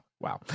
wow